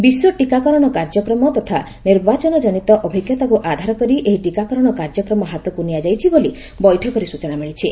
ବିଶ୍ୱ ଟିକାକରଣ କାର୍ଯ୍ୟକ୍ରମ ତଥା ନିର୍ବାଚନ ଜନିତ ଅଭିଜ୍ଞତାକୁ ଆଧାର କରି ଏହି ଟିକାକରଣ କାର୍ଯ୍ୟକ୍ରମ ହାତକୁ ନିଆଯାଇଛି ବୋଲି ବୈଠକରେ ସୂଚନା ମିଳିଛି